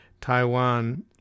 Taiwan